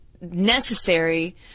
necessary